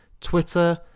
Twitter